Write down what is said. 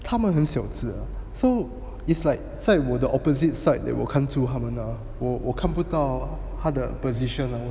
他们很小只啊 so it's like 在我的 opposite side that 我看住他们啊我我看不到他们的 position ah